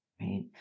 right